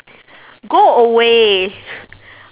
go away